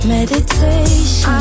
Meditation